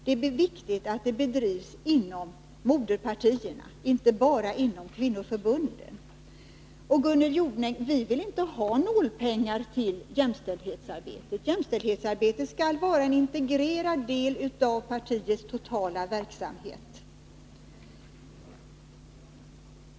Det är viktigt att det bedrivs inom moderpartierna — inte bara inom kvinnoförbunden. Vi vill, Gunnel Jonäng, inte ha några nålpengar till jämställdhetsarbetet. Det skall vara en integrerad del av partiets totala verksamhet.